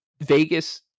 Vegas